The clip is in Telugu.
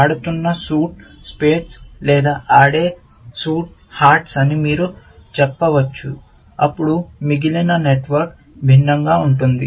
ఆడుతున్న సూట్ స్పేడ్స్ లేదా ఆడే సూట్ హార్ట్స్ అని మీరు చెప్పవచ్చు అప్పుడు మిగిలిన నెట్వర్క్ భిన్నంగా ఉంటుంది